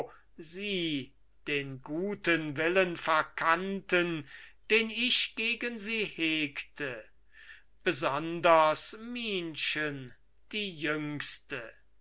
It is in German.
sie den guten willen verkannten den ich gegen sie hegte besonders minchen die jüngste